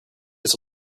kiss